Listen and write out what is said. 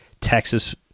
Texas